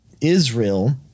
Israel